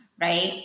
right